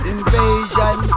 Invasion